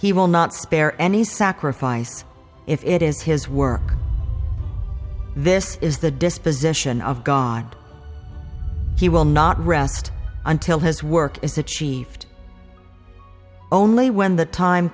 he will not spare any sacrifice if it is his work this is the disposition of god he will not rest until his work is achieved only when the time